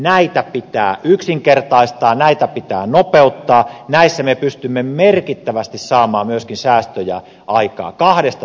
näitä pitää yksinkertaistaa näitä pitää nopeuttaa näissä me pystymme merkittävästi saamaan myöskin säästöjä aikaan kahdesta syystä